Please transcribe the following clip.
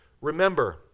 remember